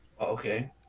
Okay